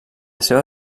seva